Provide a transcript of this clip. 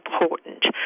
important